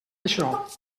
això